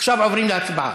עכשיו עוברים להצבעה.